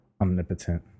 omnipotent